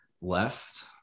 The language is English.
left